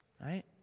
right